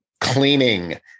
cleaning